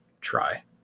try